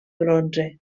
bronze